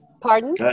Pardon